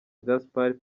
gaspard